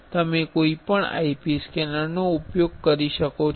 તમે કોઈપણ IP scanner નો ઉપયોગ કરી શકો છો